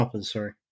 sorry